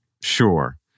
Sure